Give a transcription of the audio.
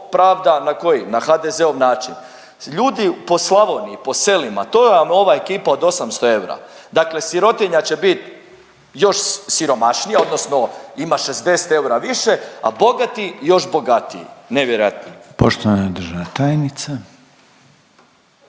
pravda na koji, na HDZ-ov način. Ljudi po Slavoniji, po selima, to vam je ova ekipa od 800 eura. Dakle sirotinja će bit još siromašnija, odnosno ima 60 eura više, a bogati, još bogatiji. Nevjerojatno. **Reiner, Željko